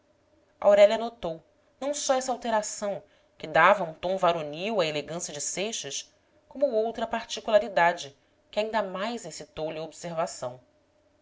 aurélia notou não só essa alteração que dava um tom varonil à elegância de seixas como outra particularidade que ainda mais excitou lhe a observação